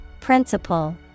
Principle